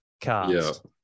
cast